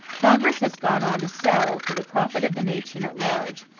congress has gone on to sell, for the profit of the nation at large,